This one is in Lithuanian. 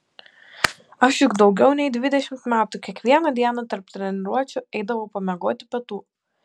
aš juk daugiau nei dvidešimt metų kiekvieną dieną tarp treniruočių eidavau pamiegoti pietų